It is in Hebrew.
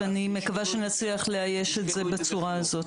ואני מקווה שנצליח לאייש את זה בצורה הזאת.